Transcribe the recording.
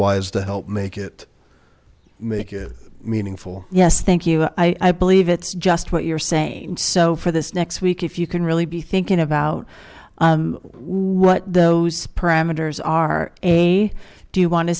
wise to help make it make it meaningful yes thank you i believe it's just what you're saying so for this next week if you can really be thinking about what those parameters are a do you want to